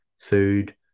food